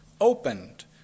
opened